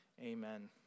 Amen